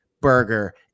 burger